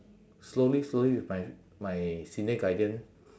slowly slowly with my my senior guidance